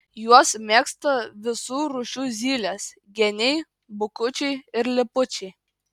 juos mėgsta visų rūšių zylės geniai bukučiai ir lipučiai